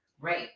Right